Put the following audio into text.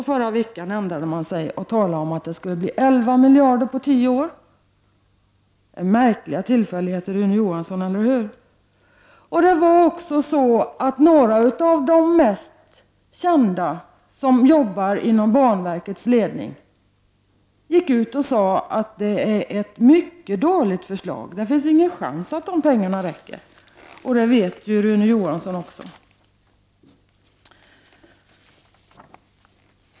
Men förra veckan ändrade man sig och talade om att det skulle bli 11 miljarder på tio år. Vilka märkliga tillfälligheter, Rune Johansson! Några av de mest kända personerna som jobbar inom banverkets ledning gick ut och sade att förslaget är mycket dåligt. Det finns inte en chans att dessa pengar räcker. Det vet också Rune Johansson.